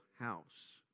house